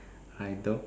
I doubt